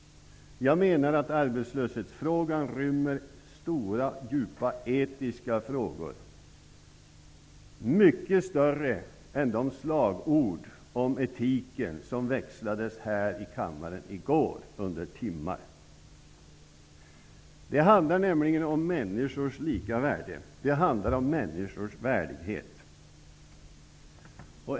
Jag menar att arbetslösheten rymmer stora och djupa etiska frågor. De är mycket större än de etiska frågor som under flera timmar diskuterades här i kammaren i går. Det handlar nämligen om människors lika värde. Det handlar om människors värdighet.